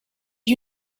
you